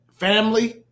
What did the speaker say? family